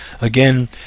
Again